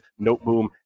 noteboom